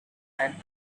and